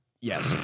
Yes. (